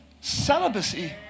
celibacy